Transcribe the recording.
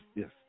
yes